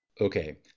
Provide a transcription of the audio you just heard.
Okay